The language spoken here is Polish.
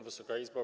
Wysoka Izbo!